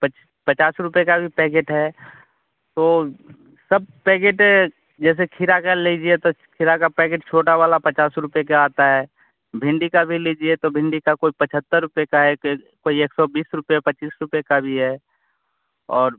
पच पचास रुपये का भी पैकेट है तो सब पैकेट जैसे खीरा का लीजिए तो खीरा का पैकेट छोटा वाला पचास रुपये के आता है भिंडी का भी लीजिए तो भिंडी का भी कोई पचहत्तर रुपये का है कोई एक सौ बीस रुपये पच्चीस रुपये का भी है और